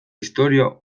istorio